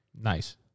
Nice